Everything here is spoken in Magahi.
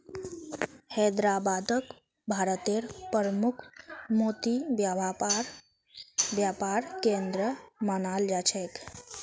हैदराबादक भारतेर प्रमुख मोती व्यापार केंद्र मानाल जा छेक